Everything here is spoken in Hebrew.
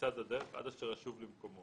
בצד הדרך עד אשר ישוב למקומו.